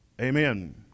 amen